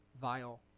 vile